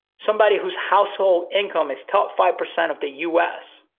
somebody whose household income is top five percent of the u s.